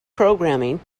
programming